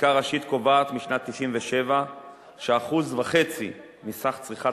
חקיקה ראשית משנת 2007 קובעת ש-1.5% מסך צריכת